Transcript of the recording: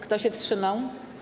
Kto się wstrzymał?